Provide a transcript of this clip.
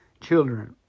Children